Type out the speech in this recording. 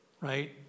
right